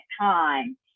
time